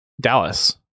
Dallas